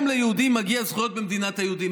גם ליהודים מגיעות זכויות במדינת היהודים.